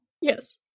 Yes